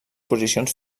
posicions